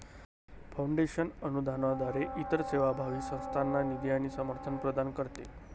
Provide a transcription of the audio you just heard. foundation अनुदानाद्वारे इतर सेवाभावी संस्थांना निधी आणि समर्थन प्रदान करते